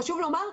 חשוב לומר,